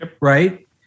right